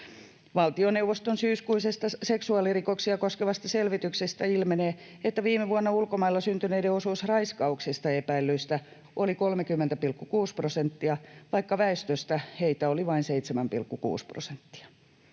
Valtioneuvoston syyskuisesta seksuaalirikoksia koskevasta selvityksestä ilmenee, että viime vuonna ulkomailla syntyneiden osuus raiskauksesta epäillyistä oli 30,6 prosenttia, vaikka väestöstä heitä oli vain 7,6 prosenttia.